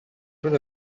would